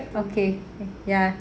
okay ya